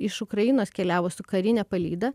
iš ukrainos keliavo su karine palyda